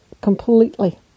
completely